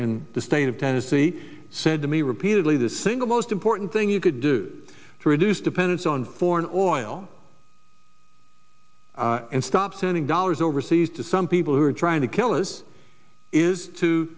of tennessee said to me repeatedly the single most important thing you could do to reduce dependence on foreign oil and stop sending dollars overseas to some people who are trying to kill us is to